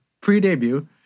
pre-debut